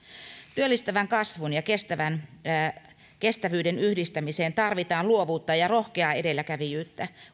työllistävän kasvun ja kestävyyden yhdistämiseen tarvitaan luovuutta ja rohkeaa edelläkävijyyttä